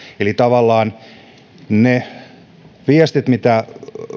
eli tavallaan osa näistä asioista mitä